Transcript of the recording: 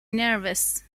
nervous